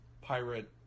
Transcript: pirate